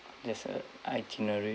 there's a itinerary